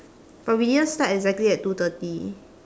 but we didn't start exactly at two thirty